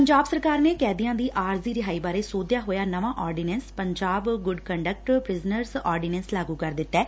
ਪੰਜਾਬ ਸਰਕਾਰ ਨੇ ਕੈਦੀਆਂ ਦੀ ਆਰਜ਼ੀ ਰਿਹਾਈ ਬਾਰੇ ਸੋਧਿਆ ਹੋਇਆ ਨਵਾਂ ordinance Punjab good conduct prisoners ordinance ਲਾਗੂ ਕਰ ਦਿੱਤੈ